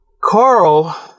Carl